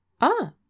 Ah